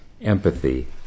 empathy